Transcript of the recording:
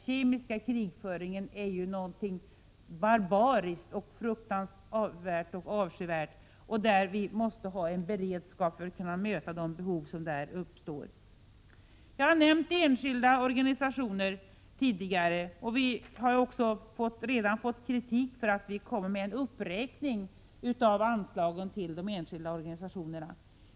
Kemisk krigföring är barbariskt och avskyvärt. Vi måste ha beredskap för att kunna möta de behov som därvid uppstår. Jag har tidigare nämnt enskilda organisationer. Vi har fått kritik för att vi föreslår en uppräkning av anslagen till de enskilda organisationerna.